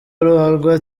ruharwa